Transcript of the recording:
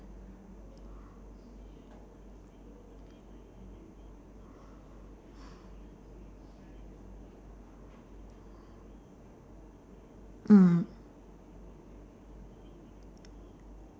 mm